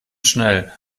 schnell